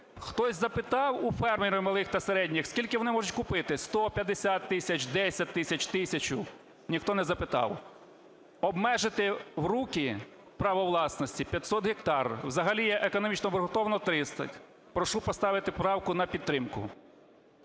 Хтось запитав у фермерів малих та середніх, скільки вони можуть купити: 100, 50 тисяч, 10 тисяч, тисячу – ніхто не запитав. Обмежити в руки право власності 500 гектарів. Взагалі економічно обґрунтовано 30. Прошу поставити правку на підтримку.